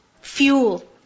Fuel